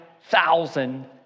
thousand